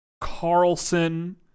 Carlson